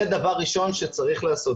זה דבר ראשון שצריך לעשות.